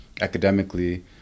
academically